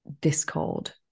discord